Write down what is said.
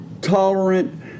tolerant